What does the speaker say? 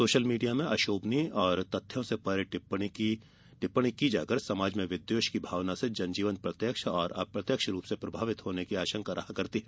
social media में अशोभनीय एवं तथ्यों से परे टिप्पणी की जाकर समाज में विद्वेष की भावना से जनजीवन प्रत्यक्ष व अप्रत्यक्ष रूप से प्रभावित होने की संभावना है